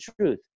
truth